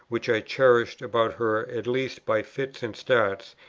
which i cherished about her at least by fits and starts,